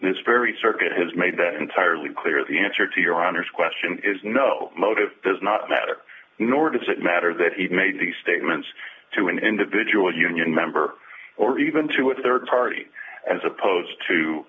this very circuit has made that entirely clear the answer to your honor's question is no motive does not matter nor does it matter that he made these statements to an individual union member or even to a rd party as opposed to